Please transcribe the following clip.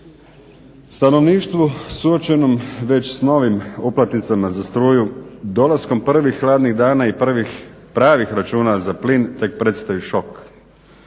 Stanovništvu suočenom već s novim uplatnicama za struju, dolaskom prvih hladnih dana i prvih pravih računa za plin tek predstoji šok.